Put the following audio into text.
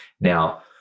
Now